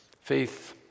faith